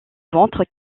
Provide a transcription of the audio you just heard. ventre